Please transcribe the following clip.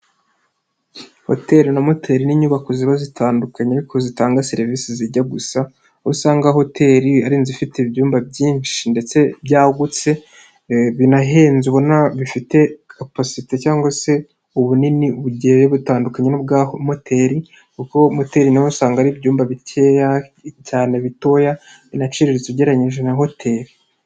Hoteli na moteri n'inyubako ziba zitandukanye ariko zitanga serivisi zijya gusa usanga hotel ari inze ifite ibyumba byinshi ndetse byagutse binahenze ubu bifite kapasite cyangwa se ubunini bugiye butandukanye n'ubwa moteri kuko moteri nayo usanga ari ibyumba bike cyane bitoya binaciriritse ugereranyije na hoteli.